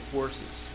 Forces